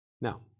Now